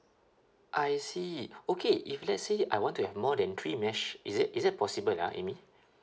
I see okay if let's say I want to have more than three mesh is it is it possible ah amy